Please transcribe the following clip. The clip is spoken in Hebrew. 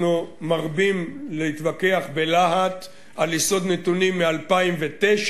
אנחנו מרבים להתווכח בלהט על יסוד נתונים מ-2009.